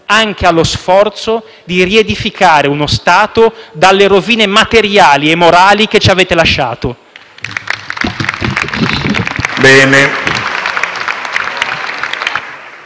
anche allo sforzo di riedificare uno Stato dalle rovine materiali e morali che ci avete lasciato.